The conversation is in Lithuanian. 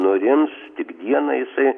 nurims tik dieną jisai